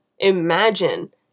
imagine